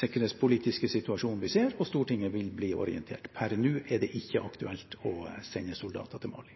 sikkerhetspolitiske situasjonen vi ser, og Stortinget vil bli orientert. Per nå er det ikke aktuelt å sende soldater til Mali.